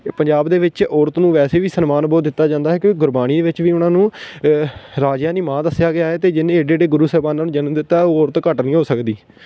ਪੰਜਾਬ ਦੇ ਵਿੱਚ ਔਰਤ ਨੂੰ ਵੈਸੇ ਵੀ ਸਨਮਾਨ ਬਹੁਤ ਦਿੱਤਾ ਜਾਂਦਾ ਹੈ ਕਿਉਂਕਿ ਗੁਰਬਾਣੀ ਵਿੱਚ ਵੀ ਉਹਨਾਂ ਨੂੰ ਰਾਜਿਆਂ ਦੀ ਮਾਂ ਦੱਸਿਆ ਗਿਆ ਹੈ ਅਤੇ ਜਿਹਨੇ ਐਡੇ ਐਡੇ ਗੁਰੂ ਸਾਹਿਬਾਨਾਂ ਨੂੰ ਜਨਮ ਦਿੱਤਾ ਹੈ ਉਹ ਔਰਤ ਘੱਟ ਨਹੀਂ ਹੋ ਸਕਦੀ